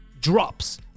drops